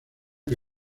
que